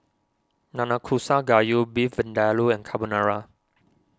Nanakusa Gayu Beef Vindaloo and Carbonara